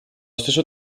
stesso